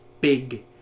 big